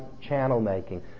channel-making